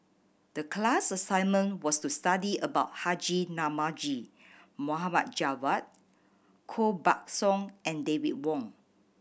the class assignment was to study about Haji Namazie Mohd Javad Koh Buck Song and David Wong